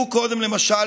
בעד.